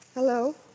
Hello